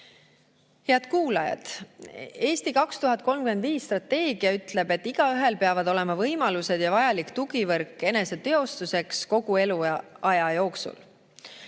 Head kuulajad! Strateegia "Eesti 2035" ütleb, et igaühel peavad olema võimalused ja vajalik tugivõrk eneseteostuseks kogu eluaja jooksul.